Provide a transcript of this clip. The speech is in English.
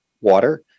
water